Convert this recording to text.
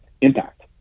impact